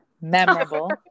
Memorable